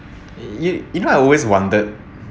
you you know I always wondered